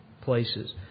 places